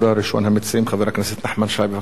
ראשון המציעים, חבר הכנסת נחמן שי, בבקשה, אדוני.